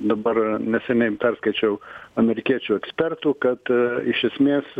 dabar neseniai perskaičiau amerikiečių ekspertų kad iš esmės